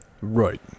right